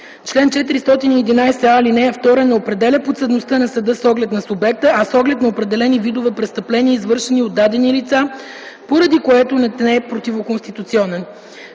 чл. 411а, ал. 2 не определя подсъдността на съда с оглед на субекта, а с оглед на определени видове престъпления, извършени от дадени лица, поради което не е противоконституционен.